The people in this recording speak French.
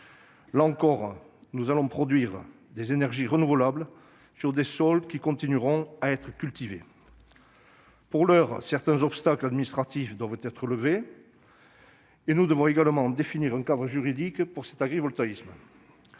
Là encore, il s'agit de produire des énergies renouvelables sur des sols qui continueront à être cultivés. Pour l'heure, certains obstacles administratifs doivent être levés ; nous devons également définir un cadre juridique pour l'agrivoltaïsme.